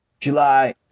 July